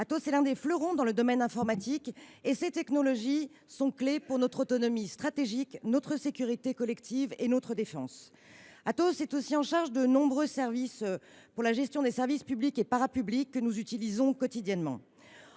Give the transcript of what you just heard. Atos est l’un des fleurons de l’informatique. Ses technologies jouent un rôle clé pour notre autonomie stratégique, notre sécurité collective et notre défense. Atos est aussi chargé de nombreux services pour la gestion des services publics et parapublics que nous utilisons quotidiennement.